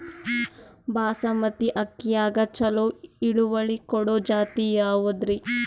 ಬಾಸಮತಿ ಅಕ್ಕಿಯಾಗ ಚಲೋ ಇಳುವರಿ ಕೊಡೊ ಜಾತಿ ಯಾವಾದ್ರಿ?